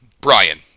Brian